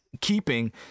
keeping